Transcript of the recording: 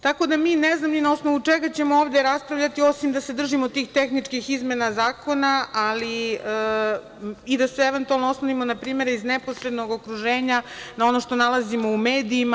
Tako da ni ne znam ni na osnovu čega ćemo ovde raspravljati, osim da se držimo tih tehničkih izmena zakona i da se eventualno oslonimo na primere iz neposrednog okruženja, na ono što nalazimo u medijima.